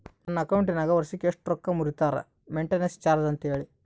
ನನ್ನ ಅಕೌಂಟಿನಾಗ ವರ್ಷಕ್ಕ ಎಷ್ಟು ರೊಕ್ಕ ಮುರಿತಾರ ಮೆಂಟೇನೆನ್ಸ್ ಚಾರ್ಜ್ ಅಂತ ಹೇಳಿ?